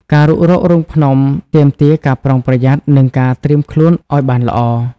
ការរុករករូងភ្នំទាមទារការប្រុងប្រយ័ត្ននិងការត្រៀមខ្លួនឱ្យបានល្អ។